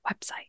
website